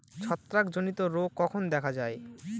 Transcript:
ছত্রাক জনিত রোগ কখন দেখা য়ায়?